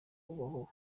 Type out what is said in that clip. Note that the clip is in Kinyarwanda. bubaho